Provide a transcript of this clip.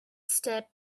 step